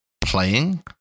playing